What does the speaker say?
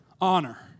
honor